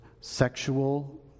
sexual